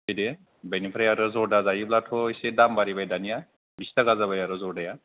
फैदो बेनिफ्राय आरो जरदा जायोब्लाथ' एसे दाम बारायबाय दानिया बिस थाखा जाबाय आरो जरदाया